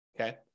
okay